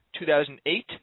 2008